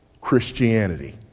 Christianity